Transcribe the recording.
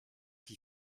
qui